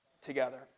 together